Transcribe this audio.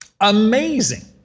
Amazing